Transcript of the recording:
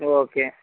okay